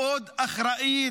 מאוד אחראית,